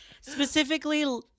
Specifically